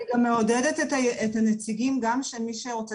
אני גם מעודדת את הנציגים גם של מי שרוצה